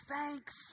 thanks